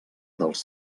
dels